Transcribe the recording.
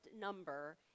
number